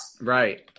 Right